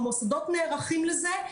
המוסדות נערכים לזה.